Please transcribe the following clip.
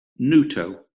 Nuto